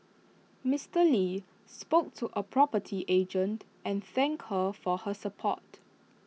Mister lee spoke to A property agent and thank her for her support